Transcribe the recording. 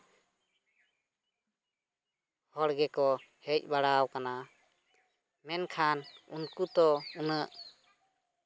ᱦᱚᱲ ᱜᱮᱠᱚ ᱦᱮᱡ ᱵᱟᱲᱟᱣᱟᱠᱟᱱᱟ ᱢᱮᱱᱠᱷᱟᱱ ᱩᱱᱠᱩ ᱛᱚ ᱩᱱᱟᱹᱜ